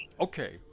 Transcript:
okay